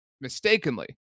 mistakenly